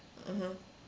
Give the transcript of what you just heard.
(uh huh)